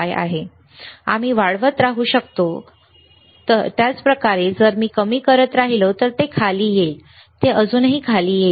आम्ही वाढवत राहू शकतो तुम्ही वाढवत राहू शकता त्याच प्रकारे जर मी कमी करत राहिलो तर ते खाली येईल ते अजूनही खाली येईल